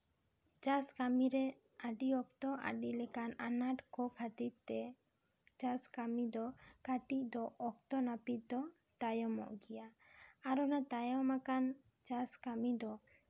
ᱪᱟᱥ ᱠᱟᱹᱢᱤᱨᱮ ᱟᱹᱰᱤ ᱚᱠᱛᱚ ᱟᱹᱰᱤ ᱞᱮᱠᱟᱱ ᱟᱱᱟᱴ ᱠᱚ ᱠᱷᱟᱹᱛᱤᱨᱛᱮ ᱪᱟᱥ ᱠᱟᱹᱢᱤ ᱫᱚ ᱠᱟᱹᱴᱤᱡ ᱫᱚ ᱚᱠᱛᱚ ᱱᱟᱯᱤᱛ ᱫᱚ ᱛᱟᱭᱚᱢᱚᱜ ᱜᱮᱭᱟ ᱟᱨᱚ ᱚᱱᱟ ᱛᱟᱭᱚᱢ ᱟᱠᱟᱱ ᱪᱟᱥ ᱠᱟᱹᱢᱤ ᱫᱚ